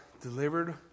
delivered